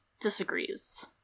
disagrees